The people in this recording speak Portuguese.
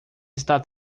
está